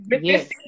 yes